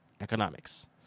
Economics